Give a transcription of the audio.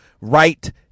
right